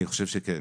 כן.